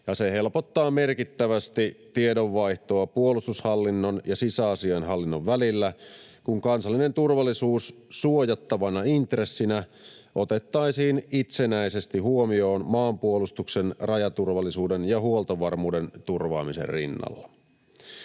se helpottaa merkittävästi tiedonvaihtoa puolustushallinnon ja sisäasiainhallinnon välillä, kun kansallinen turvallisuus suojattavana intressinä otettaisiin itsenäisesti huomioon maanpuolustuksen, rajaturvallisuuden ja huoltovarmuuden turvaamisen rinnalla.